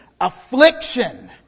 affliction